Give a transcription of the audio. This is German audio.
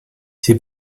sie